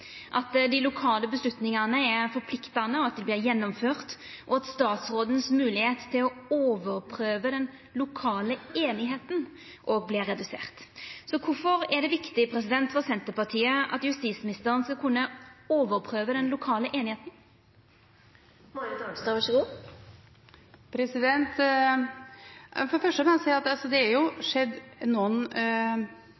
at dei lokale avgjerdene er forpliktande og vert gjennomførte, og at statsråden si moglegheit til å overprøva den lokale einigheita vert redusert. Korfor er det viktig for Senterpartiet at justisministeren skal kunna overprøva den lokale einigheita? For det første kan jeg si at det er